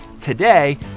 today